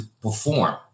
perform